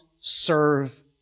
serve